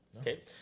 Okay